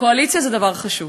קואליציה זה דבר חשוב,